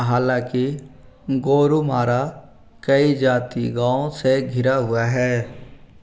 हालाँकि गोरुमारा कई जाती गाँवों से घिरा हुआ है